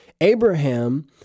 Abraham